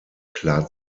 klar